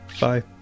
bye